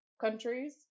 countries